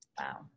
Wow